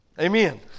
Amen